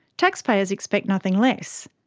taxpayers expect nothing less.